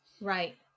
Right